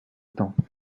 temps